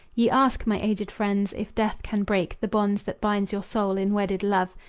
ye ask, my aged friends, if death can break the bonds that bind your souls in wedded love.